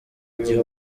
igihe